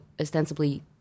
ostensibly